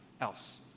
else